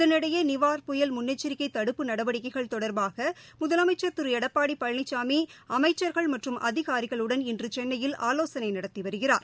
இதனிடையே நிவார் புயல் முன்னெச்சரிக்கை தடுப்பு நடவடிக்கைகள் தொடர்பாக முதலமைச்சர் திரு எடப்பாடி பழனிசாமி அமைச்சா்கள் மற்றும் அதிகாரிகளுடன் இன்று சென்னையில் ஆலோசனை நடத்தி வருகிறார்